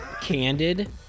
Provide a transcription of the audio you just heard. Candid